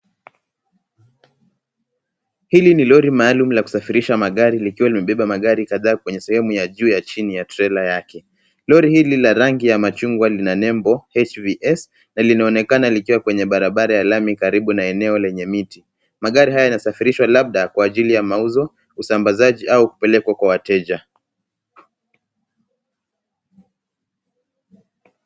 Hili ni lori maalum la kusafirisha magari likiwa limebeba magari kadhaa kwenye sehemu ya juu ya chini ya trela yake. Lori hili la rangi ya machungwa lina nembo HVS na linaonekana likiwa kwa barabara ya lami karibu na eneo lenye miti. Magari haya inasafirishwa labda kwa ajili ya mauzo, usambazaji au kupelekwa kwa wateja.